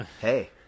hey